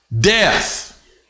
death